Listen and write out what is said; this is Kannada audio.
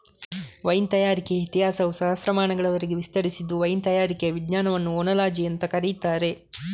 ವೈನ್ ತಯಾರಿಕೆಯ ಇತಿಹಾಸವು ಸಹಸ್ರಮಾನಗಳವರೆಗೆ ವಿಸ್ತರಿಸಿದ್ದು ವೈನ್ ತಯಾರಿಕೆಯ ವಿಜ್ಞಾನವನ್ನ ಓನಾಲಜಿ ಅಂತ ಕರೀತಾರೆ